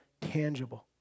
Tangible